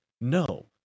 No